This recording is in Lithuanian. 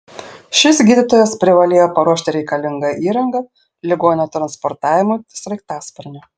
šis gydytojas privalėjo paruošti reikalingą įrangą ligonio transportavimui sraigtasparniu